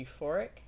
euphoric